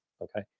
Okay